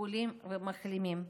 חולים ומחלימים.